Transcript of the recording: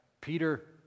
Peter